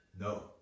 No